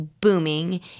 booming